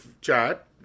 chat